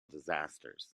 disasters